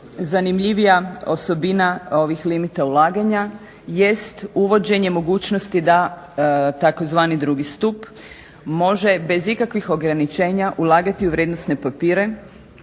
zanimljivija osobina ovih limita ulaganja jest uvođenje mogućnost da tzv. II. stup može bez ikakvih ograničenja ulagati u vrijednosne papire